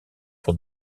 pour